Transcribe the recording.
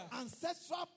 ancestral